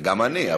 גם אני,